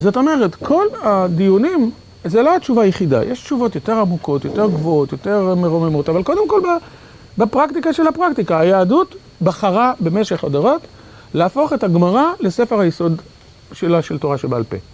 זאת אומרת, כל הדיונים, זה לא התשובה היחידה, יש תשובות יותר עמוקות, יותר גבוהות, יותר מרוממות, אבל קודם כל, בפרקטיקה של הפרקטיקה, היהדות בחרה במשך הדורות להפוך את הגמרא לספר היסוד שלה של תורה שבעל פה.